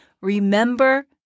Remember